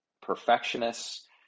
perfectionists